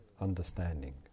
understanding